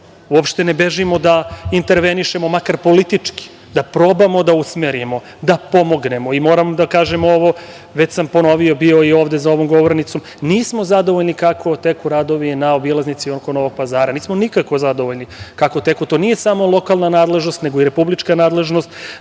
Uopšte ne bežimo da intervenišemo, makar politički, da probamo da usmerimo, da pomognemo. Moram da kažem ovo, već sam ponovio ovde za ovom govornicom, nismo zadovoljni kako teku radovi na obilaznici oko Novog Pazara. Nismo nikako zadovoljni kako teku, to nije samo lokalna nadležnost, nego i republička nadležnost.